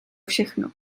všechno